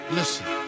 listen